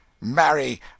Marry